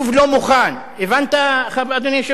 הבנת, אדוני היושב-ראש, למה היישוב לא מוכן?